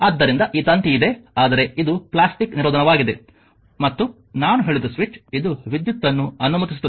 ಆದ್ದರಿಂದ ಈ ತಂತಿ ಇದೆ ಆದರೆ ಇದು ಪ್ಲಾಸ್ಟಿಕ್ ನಿರೋಧನವಾಗಿದೆ ಮತ್ತು ನಾನು ಹೇಳಿದ ಸ್ವಿಚ್ ಇದು ವಿದ್ಯುತ್ ಅನ್ನು ಅನುಮತಿಸುತ್ತದೆ